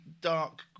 dark